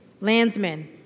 Landsman